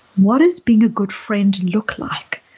what does being a good friend and look like?